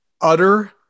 utter